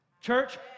Church